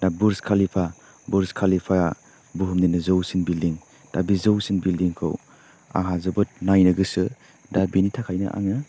दा बुर्स कालिपा बुर्स कालिपाया बुहुमनिनो जौसिन बिल्डिं दा बे जौसिन बिल्डिंखौ आंहा जोबोद नायनो गोसो दा बिनि थाखायनो आङो